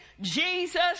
Jesus